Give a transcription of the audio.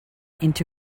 into